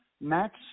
Max